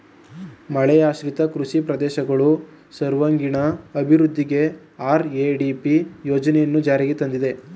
ಮಳೆಯಾಶ್ರಿತ ಕೃಷಿ ಪ್ರದೇಶಗಳು ಸರ್ವಾಂಗೀಣ ಅಭಿವೃದ್ಧಿಗೆ ಆರ್.ಎ.ಡಿ.ಪಿ ಯೋಜನೆಯನ್ನು ಜಾರಿಗೆ ತಂದಿದೆ